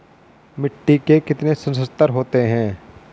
मिट्टी के कितने संस्तर होते हैं?